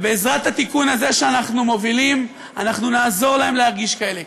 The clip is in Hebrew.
ובעזרת התיקון הזה שאנחנו מובילים אנחנו נעזור להם להרגיש כאלה,